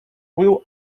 will